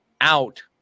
out